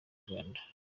rwanda